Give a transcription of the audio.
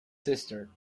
sister